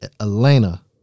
Elena